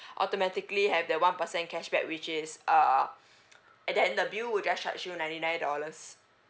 automatically have the one percent cashback which is uh and then the bill will just charge you ninety nine dollars